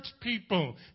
people